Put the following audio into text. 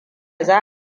za